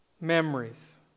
Memories